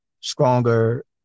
stronger